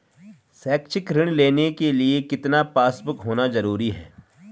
शैक्षिक ऋण लेने के लिए कितना पासबुक होना जरूरी है?